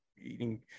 eating